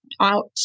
out